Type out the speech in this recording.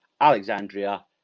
Alexandria